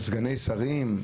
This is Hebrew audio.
על סגני שרים,